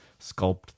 sculpt